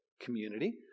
community